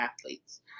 athletes